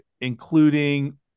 including